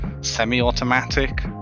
semi-automatic